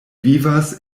vivas